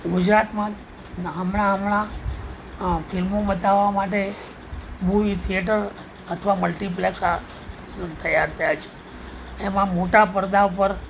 ગુજરાતમાં હમણાં હમણાં ફિલ્મો બતાવવા માટે મૂવી થિયેટર અથવા મલ્ટિપ્લેકસ આ તૈયાર થયા છે એમાં મોટા પડદા પર